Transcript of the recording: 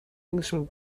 englishman